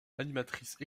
animatrice